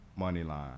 Moneyline